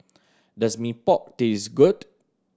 does Mee Pok taste good